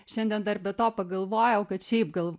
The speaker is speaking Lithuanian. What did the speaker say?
šiandien dar be to pagalvojau kad šiaip gal